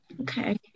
okay